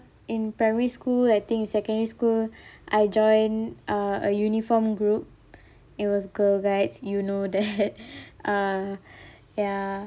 in primary school I think in secondary school I joined uh a uniform group it was girl guides you know that uh ya